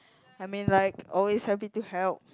I mean like always happy to help